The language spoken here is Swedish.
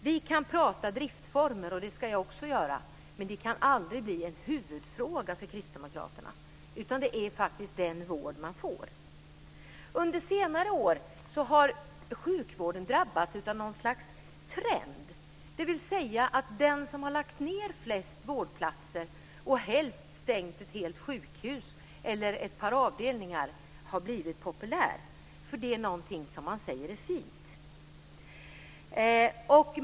Vi kan prata driftsformer, och det ska jag också göra, men det kan aldrig bli en huvudfråga för Kristdemokraterna - det viktiga är faktiskt den vård man får. Under senare år har sjukvården drabbats av något slags trend, dvs. att den som lagt ned flest vårdplatser och helst stängt ett helt sjukhus eller ett par avdelningar har blivit populär, för det är någonting som man säger är fint.